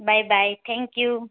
bye bye thank you